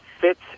fits